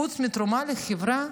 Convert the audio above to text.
חוץ מתרומה לחברה,